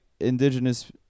indigenous